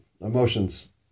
emotions